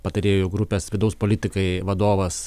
patarėjų grupės vidaus politikai vadovas